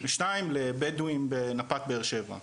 2 בדואים לנפת באר שבע,